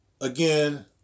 again